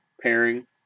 pairing